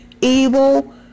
evil